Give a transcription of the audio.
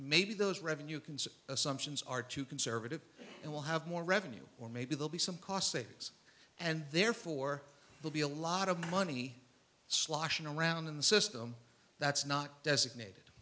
maybe those revenue concern assumptions are too conservative and will have more revenue or maybe they'll be some cost savings and therefore will be a lot of money sloshing around in the system that's not designated